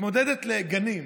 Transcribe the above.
מתמודדת לגנים.